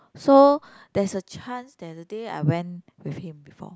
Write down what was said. so there's a chance there's a day I went with him before